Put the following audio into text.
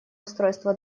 устройства